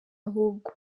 ahubwo